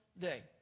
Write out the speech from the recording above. day